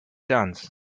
dance